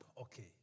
Okay